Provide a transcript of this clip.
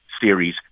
Series